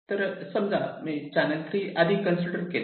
समजा मी चॅनेल 3 आधी कन्सिडर केले